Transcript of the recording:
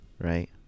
right